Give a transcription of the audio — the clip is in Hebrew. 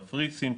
קפריסין,